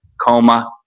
coma